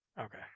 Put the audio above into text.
Okay